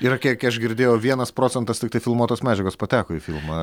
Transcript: yra kiek aš girdėjau vienas procentas tiktai filmuotos medžiagos pateko į filmą